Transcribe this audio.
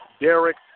Derek